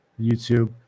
YouTube